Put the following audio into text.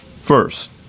First